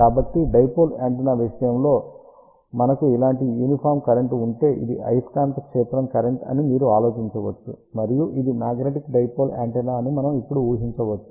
కాబట్టి dipole antenna విషయంలో మనకు ఇలాంటి యూనిఫాం కరెంట్ ఉంటే ఇది అయస్కాంత క్షేత్రం కరెంట్ అని మీరు ఆలోచించవచ్చు మరియు ఇది మాగ్నెటిక్ డైపోల్ యాంటెన్నా అని మనం ఇప్పుడు ఊహించవచ్చు